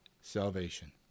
salvation